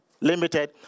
Limited